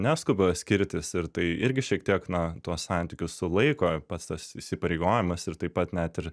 neskuba skirtis ir tai irgi šiek tiek na tuos santykius sulaiko pats tas įsipareigojimas ir taip pat net ir